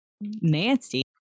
Nancy